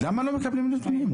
למה לא מקבלים נתונים?